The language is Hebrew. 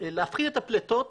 להפחית את הפליטות